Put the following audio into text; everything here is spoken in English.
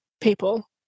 people